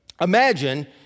imagine